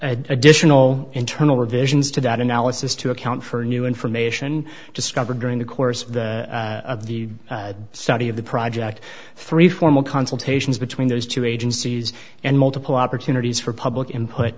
additional internal revisions to that analysis to account for new information discovered during the course of the study of the project three formal consultations between those two agencies and multiple opportunities for public input